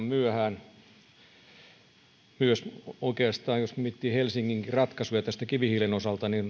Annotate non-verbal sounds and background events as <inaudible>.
<unintelligible> myöhään niin oikeastaan jos miettii helsinginkin ratkaisuja kivihiilen osalta